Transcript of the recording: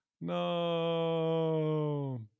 No